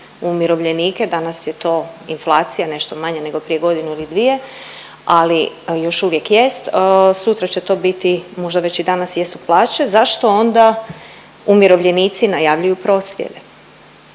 umirovljenike, danas je to inflacija nešto manje nego prije godinu ili dvije ali još uvijek jest, sutra će to biti možda već i danas jesu plaće zašto onda umirovljenici najavljuju prosvjede.